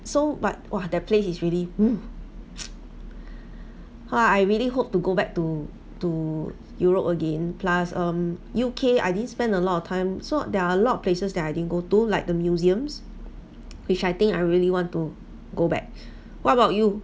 so but !wah! that place is really ha I really hope to go back to to europe again plus um U_K I didn't spend a lot of time so there're a lot of places that I didn't go to like the museums which I think I really want to go back what about you